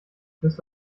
bist